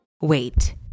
Wait